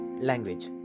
language